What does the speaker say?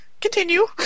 Continue